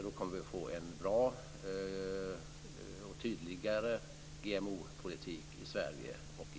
Då kommer vi att få en bra och tydligare GMO-politik i